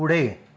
पुढे